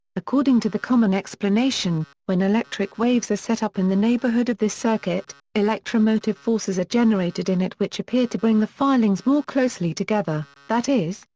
according to the common explanation, when electric waves are set up in the neighborhood of this circuit, electromotive forces are generated in it which appear to bring the filings more closely together, that is,